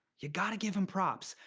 you got to give him props.